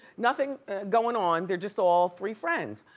nothing goin' on, they're just all three friends.